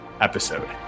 episode